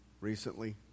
recently